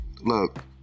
Look